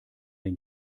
den